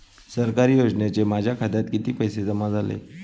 सरकारी योजनेचे माझ्या खात्यात किती पैसे जमा झाले?